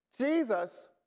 Jesus